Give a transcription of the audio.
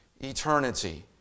eternity